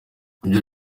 ibyo